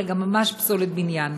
אלא גם ממש פסולת בניין.